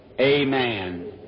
amen